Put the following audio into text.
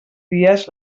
dies